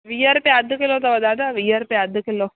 वीह रुपया अधु किलो अथव दादा वीह रुपया अधु किलो